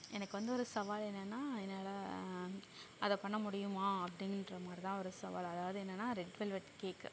எனக்கு வந்து ஒரு சவால் என்னென்னா என்னால் அதை பண்ண முடியுமா அப்படின்ற மாதிரிதான் ஒரு சவால் அதாவது என்னென்னா ரெட் வெல்வட் கேக்கு